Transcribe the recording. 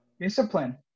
Discipline